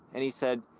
and he said,